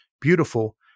beautiful